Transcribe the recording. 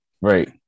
right